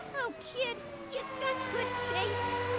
oh kid, ya got good taste.